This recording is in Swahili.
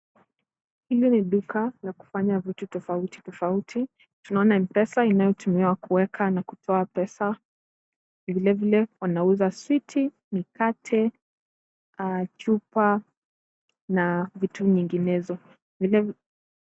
Hili ni duka la kufanya vitu tofauti tofauti. Tunaona M-pesa inayotumiwa kuweka na kutoa pesa. Vilevile wanauza switi , mikate, chupa na vitu nyinginezo.